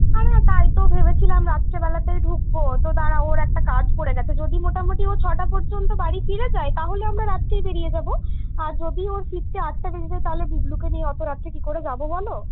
আরে কালকেও ভেবেছিলাম রাত্রিবেলাতেই ঢুকবো তো দাড়াও ওর একটা কাজ পরে গেছে যদি মোটামোটি ও ছটা পর্যন্ত বাড়ি ফিরে যায় তাহলে আমরা রাত্রেই বেরিয়ে যাবো আর যদি ওর ফিরতে আটটা বেজে যায় তাহলে গুবলুকে নিয়ে ওতো রাত্রে কি করে যাবো বলো